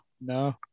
no